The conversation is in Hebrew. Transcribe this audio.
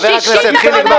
חברים, אני מבקש.